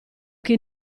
che